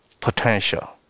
potential